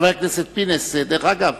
חבר הכנסת פינס, דרך אגב,